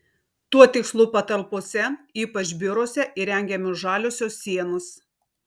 tuo tikslu patalpose ypač biuruose įrengiamos žaliosios sienos